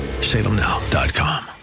salemnow.com